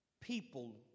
people